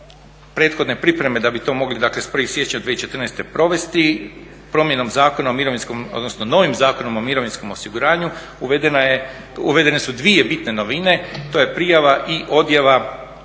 prethodne pripreme da bi to mogli dakle s 1. siječnja 2014. provesti. Promjenom Zakona o mirovinskom odnosno novim Zakonom o mirovinskom osiguranju uvedene su dvije bitne novine, to je prijava i odjava